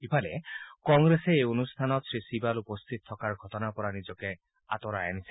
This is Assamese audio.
ইফালে কংগ্ৰেছে এই অনুষ্ঠানত শ্ৰীচিবাল উপস্থিত থকাৰ এই ঘটনাৰ পৰা নিজকে আঁতৰাই আনিছে